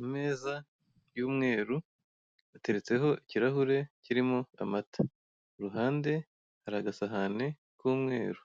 Imeza y'umweru iteretseho ikirahure kirimo amata iruhande hari agasahani k'umweru